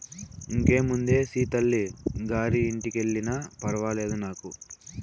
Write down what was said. ఇంకేముందే సీతల్లి గారి ఇంటికెల్లినా ఫర్వాలేదు నాకు